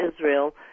Israel